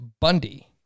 Bundy